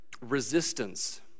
resistance